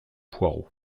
poireaux